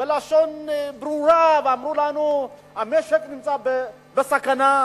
בלשון ברורה, ואמרו לנו: "המשק נמצא בסכנה.